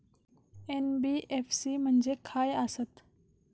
NBFC म्हणजे खाय आसत?